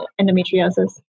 endometriosis